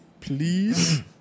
please